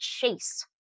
chase